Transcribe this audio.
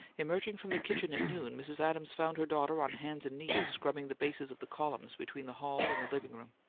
emerging from the kitchen at noon, mrs. adams found her daughter on hands and knees, scrubbing the bases of the columns between the hall and the living-room.